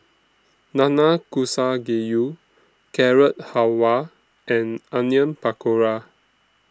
Nanakusa Gayu Carrot Halwa and Onion Pakora